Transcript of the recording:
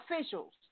officials